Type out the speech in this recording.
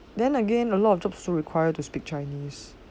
then again a lot of job still require you to speak chinese